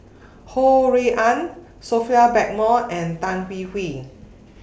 Ho Rui An Sophia Blackmore and Tan Hwee Hwee